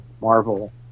Marvel